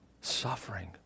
Suffering